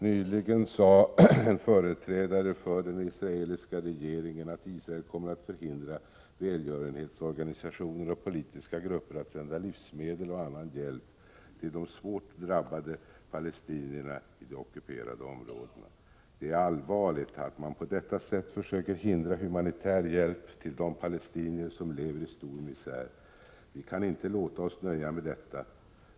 Nyligen sade en företrädare för den israeliska regeringen att Israel kommer att förhindra välgörenhetsorganisationer och politiska grupper att sända livsmedel och annan hjälp till de svårt drabbade palestinierna i de ockuperade områdena. Det är allvarligt att man på detta sätt försöker hindra humanitär hjälp till de palestinier som lever i stor misär. Vi kan inte låta oss nöja med detta.